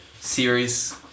series